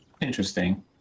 Interesting